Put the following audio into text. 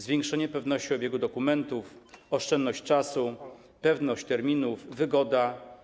Zwiększenie pewności obiegu dokumentów, oszczędność czasu, pewność terminów, wygoda.